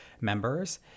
members